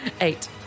Eight